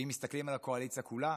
ואם מסתכלים על הקואליציה כולה,